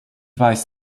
weiß